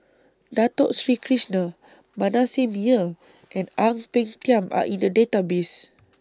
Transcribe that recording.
Dato Sri Krishna Manasseh Meyer and Ang Peng Tiam Are in The Database